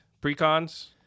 pre-cons